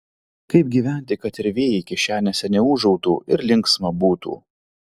kaip gyventi kad ir vėjai kišenėse neūžautų ir linksma būtų